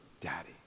Daddy